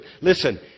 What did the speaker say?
Listen